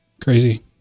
crazy